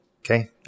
Okay